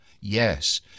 Yes